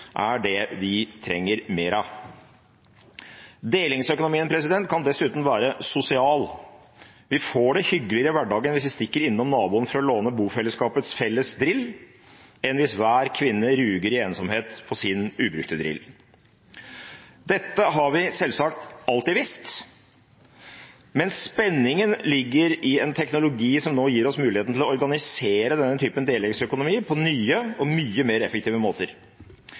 er det vi trenger mer av. Delingsøkonomien kan dessuten være sosial. Vi får det hyggeligere i hverdagen hvis vi stikker innom naboen for å låne bofellesskapets felles drill, enn hvis hver kvinne ruger i ensomhet på sin ubrukte drill. Dette har vi selvsagt alltid visst, men spenningen ligger i en teknologi som nå gir oss muligheten til å organisere denne typen delingsøkonomi på nye og mye mer effektive måter.